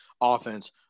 offense